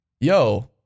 Yo